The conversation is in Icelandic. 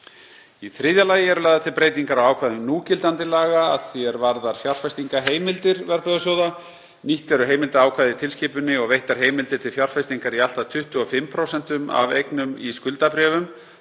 Í þriðja lagi eru lagðar til nokkrar breytingar á ákvæðum núgildandi laga að því er varðar fjárfestingarheimildir verðbréfasjóða. Nýtt eru heimildarákvæði í tilskipuninni og veittar heimildir til fjárfestingar í allt að 25% af eignum í skuldabréfum